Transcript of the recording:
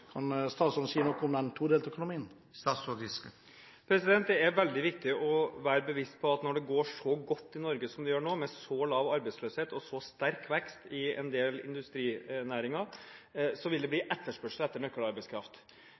Kan statsråden si noe om den todelte økonomien? Det er veldig viktig å være bevisst på at når det går så godt i Norge som det gjør nå, med så lav arbeidsløshet og så sterk vekst i en del industrinæringer, vil det bli etterspørsel etter